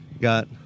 got